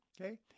okay